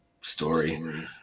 story